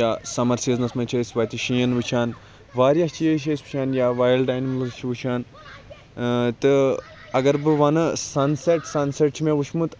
یا summer seasons مَنٛز چھِ أسۍ وَتہِ شیٖن وُچھان واریاہ چیٖز چھِ أسۍ وُچھان یا وایلڈ ایٚنمٕلز چھِ وُچھان یہِ تہٕ اَگَر بہٕ وَنہٕ سَن سیٚٹ سَن سیٚٹ چھُ مےٚ وُچھمُت